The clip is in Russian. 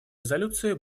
резолюции